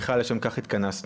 מיכל, לשם כך התכנסנו.